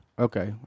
Okay